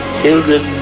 children